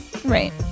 Right